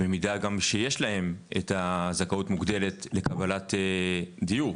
במידה גם שיש להם את הזכאות מוגדלת לקבלת דיור